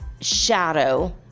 shadow